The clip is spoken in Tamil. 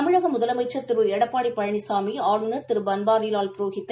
தமிழக முதலமைச்ச் திரு எடப்பாடி பழனிசாமி ஆளுநர் திரு பன்வாரிவால் புரோஹித்தை